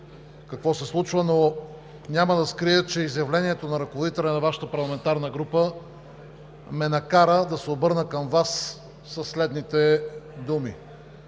какво се случва, но няма да скрия, че изявлението на ръководителя на Вашата парламентарна група ме накара да се обърна към Вас със следните думи,